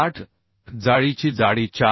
8 जाळीची जाडी 4